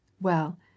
Well